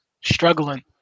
struggling